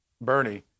Bernie